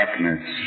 darkness